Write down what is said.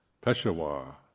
Peshawar